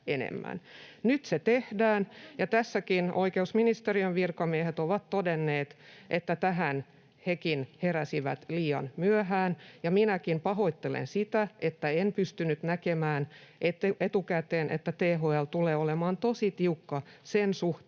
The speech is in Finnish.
Nyt se tehdään. Tässä oikeusministeriön virkamiehet ovat todenneet, että tähän hekin heräsivät liian myöhään. Ja minäkin pahoittelen sitä, että en pystynyt näkemään etukäteen, että THL tulee olemaan tosi tiukka sen suhteen,